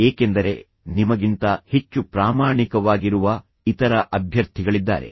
ಏಕೆಂದರೆ ನಿಮಗಿಂತ ಹೆಚ್ಚು ಪ್ರಾಮಾಣಿಕವಾಗಿರುವ ಇತರ ಅಭ್ಯರ್ಥಿಗಳಿದ್ದಾರೆ